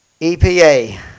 EPA